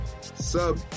sub